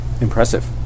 Impressive